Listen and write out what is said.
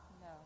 no